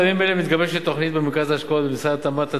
בימים אלה מתגבשת תוכנית במרכז ההשקעות במשרד התמ"ת,